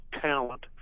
talent